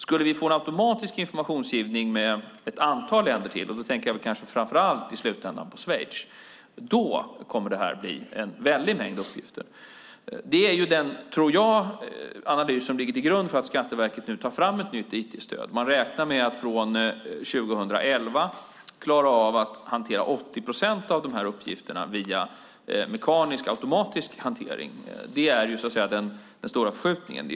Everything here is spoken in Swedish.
Skulle vi få en automatisk informationsgivning med ett antal länder till - då tänker jag kanske framför allt i slutändan på Schweiz - kommer det att bli en väldig mängd uppgifter. Det är den analys, tror jag, som ligger till grund för att Skatteverket nu tar fram ett nytt IT-stöd. Man räknar med att från 2011 klara av att hantera 80 procent av de här uppgifterna via mekanisk-automatisk hantering. Det är så att säga den stora förskjutningen.